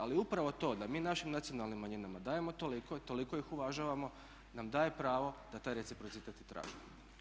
Ali upravo to da mi našim nacionalnim manjinama dajemo toliko i toliko ih uvažavamo nam daje pravo da taj reciprocitet i tražimo.